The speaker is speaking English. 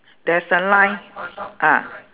there's a line ah